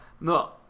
No